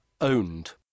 owned